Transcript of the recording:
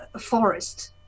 forest